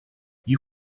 you